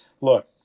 look